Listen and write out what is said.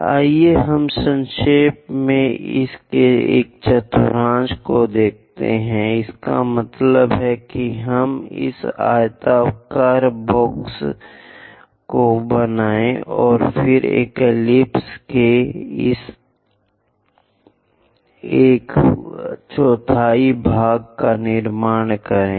आइए हम संक्षेप में इसके एक चतुर्थांश को देखते हैं इसका मतलब है कि हम इस आयताकार बॉक्स को बनाये और फिर एक एलिप्स के इस एक चौथाई भाग का निर्माण करेंगे